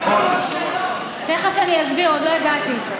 במקום שלוש, תכף אני אסביר, עוד לא הגעתי.